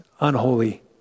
unholy